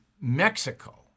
Mexico